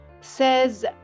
Says